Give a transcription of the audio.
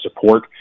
support